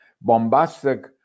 bombastic